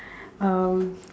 um